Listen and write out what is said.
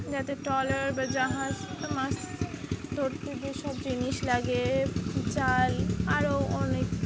যাতে টলার বা জাহাজ তো মাছ ধর সব জিনিস লাগে চাল আরও অনেক